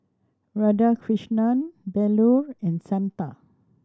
Radhakrishnan Bellur and Santha